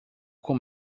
com